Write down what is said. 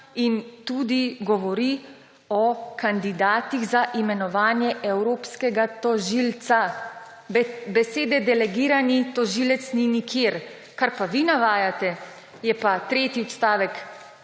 in govori tudi o kandidatih za imenovanje evropskega tožilca. Besede »delegirani tožilec« ni nikjer. Kar vi navajate, je tretji odstavek